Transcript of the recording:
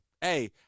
hey